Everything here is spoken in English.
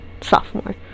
sophomore